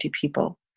people